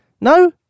No